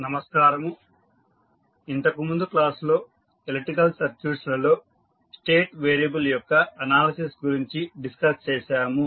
నమస్కారము ఇంతకు ముందు క్లాస్ లో ఎలక్ట్రికల్ సర్క్యూట్స్ లలో స్టేట్ వేరియబుల్ యొక్క అనాలిసిస్ గురించి డిస్కస్ చేసాము